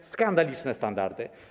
To skandaliczne standardy.